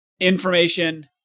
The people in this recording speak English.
information